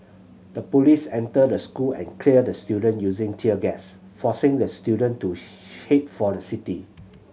the police entered the school and cleared the student using tear gas forcing the student to head for the city